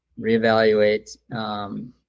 reevaluate